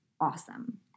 awesome